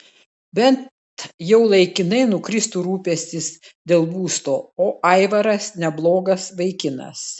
bent jau laikinai nukristų rūpestis dėl būsto o aivaras neblogas vaikinas